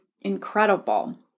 incredible